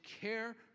care